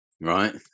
Right